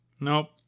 Nope